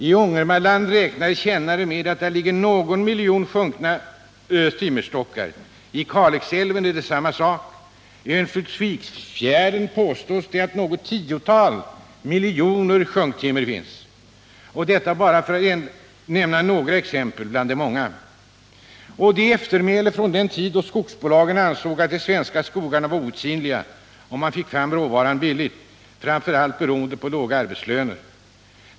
I Ångermanälven räknar kännare med att det ligger någon miljon timmerstockar. När det gäller Kalixälven är det samma sak. I Örnsköldsviksfjärden påstås det att något tiotal miljoner sjunkna timmerstockar finns — detta för att endast nämna några exempel bland de många. Det är ett eftermäle från den tid då skogsbolagen ansåg att de svenska skogarna var outsinliga och då man fick fram råvaran billigt, framför allt beroende på låga arbetslöner.